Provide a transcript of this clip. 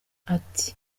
ati